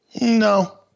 no